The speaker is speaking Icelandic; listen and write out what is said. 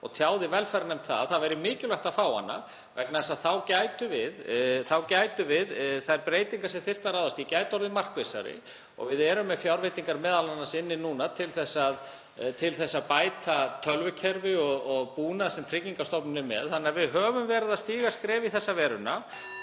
og tjáði velferðarnefnd að mikilvægt væri að fá hana vegna þess að þá gætu þær breytingar sem þyrfti að ráðast í orðið markvissari. Við erum með fjárveitingar inni núna, m.a. til þess að bæta tölvukerfi og búnað sem Tryggingastofnun er með þannig að við höfum verið að stíga skref í þessa veruna.